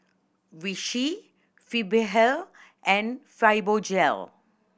Vichy Blephagel and Fibogel